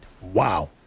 Wow